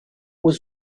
was